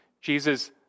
jesus